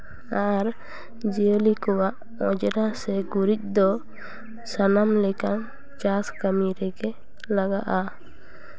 ᱟᱨ ᱡᱤᱭᱟᱹᱞᱤ ᱠᱚᱣᱟᱜ ᱚᱸᱡᱽᱨᱟ ᱥᱮ ᱜᱩᱨᱤᱡ ᱫᱚ ᱥᱟᱱᱟᱢ ᱞᱮᱠᱟᱱ ᱪᱟᱥ ᱠᱟᱹᱢᱤ ᱨᱮᱜᱮ ᱞᱟᱜᱟᱜᱼᱟ